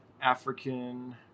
african